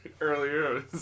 Earlier